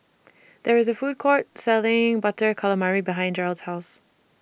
There IS A Food Court Selling Butter Calamari behind Jerold's House